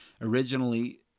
originally